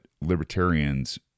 libertarians